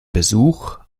besuch